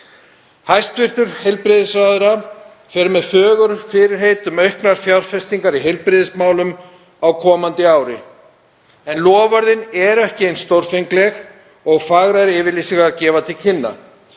Hæstv. heilbrigðisráðherra fer með fögur fyrirheit um auknar fjárfestingar í heilbrigðismálum á komandi ári en loforðin eru ekki eins stórfengleg og fagrar yfirlýsingar gefa til kynna.